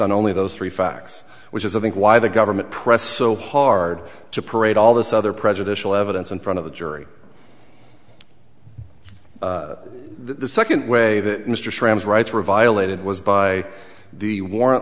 on only those three facts which is i think why the government press so hard to parade all this other prejudicial evidence in front of the jury the second way that mr tram's rights were violated was by the warr